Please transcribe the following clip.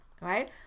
right